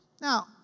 Now